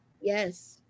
Yes